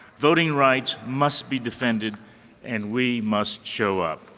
voting rights must be defended and we must show up.